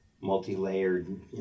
multi-layered